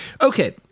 okay